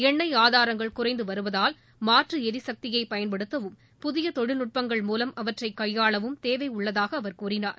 எண்ணெய் ஆதாரங்கள் குறைந்து வருவதால் மாற்று எரிசக்தியை பயன்படுத்தவும் புதிய தொழில்நுட்பங்கள் மூலம் அவற்றை கையாளவும் தேவை உள்ளதாக அவர் கூறினார்